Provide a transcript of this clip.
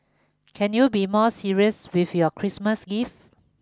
can you be more serious with your Christmas gifts